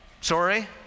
Sorry